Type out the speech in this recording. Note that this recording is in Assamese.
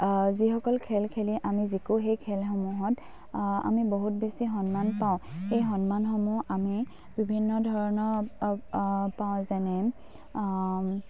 যিসকল খেল খেলি আমি যিকো সেই খেলসমূহত আমি বহুত বেছি সন্মান পাওঁ সেই সন্মানসমূহ আমি বিভিন্ন ধৰণৰ পাওঁ যেনে